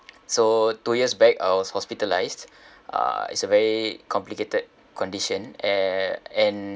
so two years back I was hospitalised uh it's a very complicated condition eh and